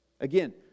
again